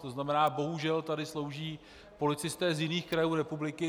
To znamená, bohužel tady slouží policisté z jiných krajů republiky.